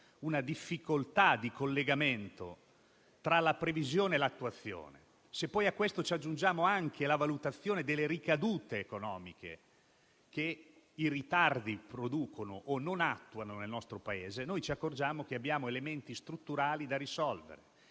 una difficoltà di collegamento tra la previsione e l'attuazione. Se poi a questo aggiungiamo anche la valutazione delle ricadute economiche che i ritardi producono o non attuano nel nostro Paese, ci accorgiamo che abbiamo elementi strutturali da risolvere